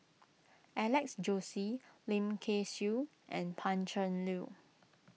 Alex Josey Lim Kay Siu and Pan Cheng Lui